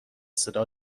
صدا